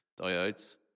diodes